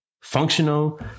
functional